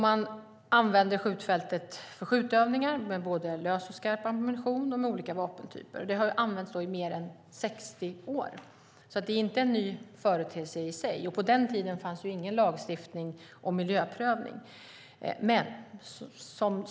Man använder skjutfältet för skjutövningar med både lös och skarp ammunition och med olika vapentyper. Det har använts i mer än 60 år, så det är inte en ny företeelse i sig. På den tiden fanns det ingen lagstiftning om miljöprövning.